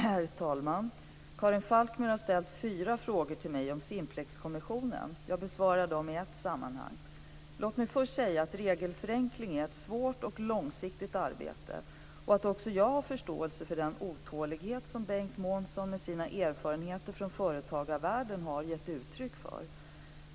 Herr talman! Karin Falkmer har ställt fyra frågor till mig om Simplexkommissionen. Jag besvarar dem i ett sammanhang. Låt mig först säga att regelförenkling är ett svårt och långsiktigt arbete och att också jag har förståelse för den otålighet som Bengt Månsson med sina erfarenheter från företagarvärlden har gett uttryck för.